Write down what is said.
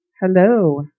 Hello